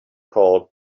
called